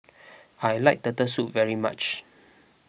I like Turtle Soup very much